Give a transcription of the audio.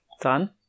Done